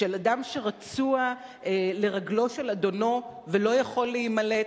של אדם שרצוע לרגלו של אדונו ולא יכול להימלט,